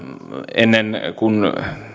ennen kun